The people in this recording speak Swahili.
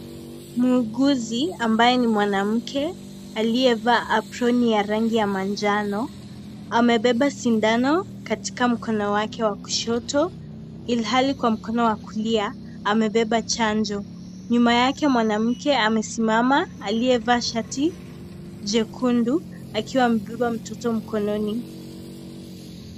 Muuguzi ambaye ni mwanamke aliyevaa aproni ya rangi ya manjano amebeba sindano katika mkono wake wa kushoto ilhali kwa mkono wa kulia amebeba chanjo. Nyuma yake, mwanamke amesimama aliyevaa shati jekundu akiwa amebeba mtoto mkononi.